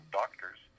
doctors